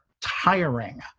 tiring